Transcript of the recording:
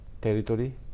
territory